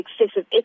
excessive